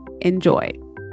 Enjoy